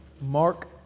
Mark